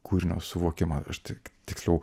kūrinio suvokimą aš tik tiksliau